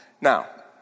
Now